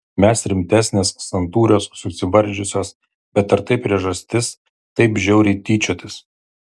mes rimtesnės santūrios susivaržiusios bet ar tai priežastis taip žiauriai tyčiotis